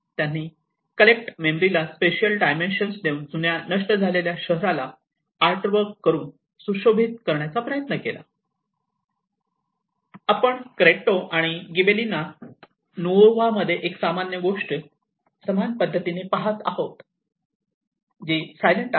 त्यांनी कलेक्ट मेमरीला spatial dimension देऊन जुन्या नष्ट झालेल्या शहराला आर्टवर्क करून सुशोभित करण्याचा प्रयत्न केला आपण क्रेट्टो आणि गिबेलिना नुओव्हामध्ये एक सामान्य गोष्ट समान पद्धतीने पाहत आहोत जी सायलेंट आहे